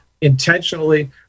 intentionally